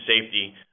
safety